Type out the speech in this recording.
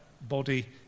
body